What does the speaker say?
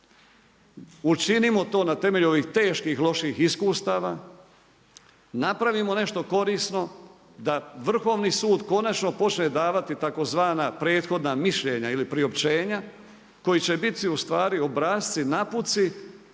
Učinimo to na temelju ovih teških loših iskustava, napravimo nešto korisno da Vrhovni sud konačno počne davati tzv. prethodna mišljenja ili priopćenja koji će biti ustvari obrasci, naputci